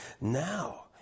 Now